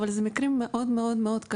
אבל זה מקרים מאוד קשים.